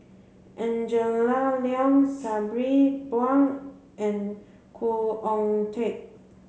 Angela Liong Sabri Buang and Khoo Oon Teik